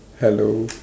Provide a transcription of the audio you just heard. hello